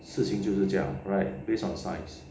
事情就是这样 right based on science